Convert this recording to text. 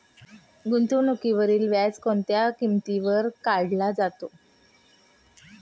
गुंतवणुकीवरील व्याज कोणत्या किमतीवर काढले जाते?